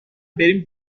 بریم